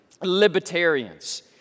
libertarians